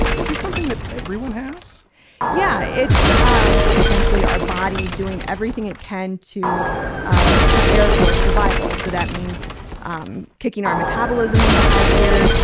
is this something that everyone has yeah it's um essentially our body doing everything it can to ah prepare for survival so that means um kicking our metabolism into high gear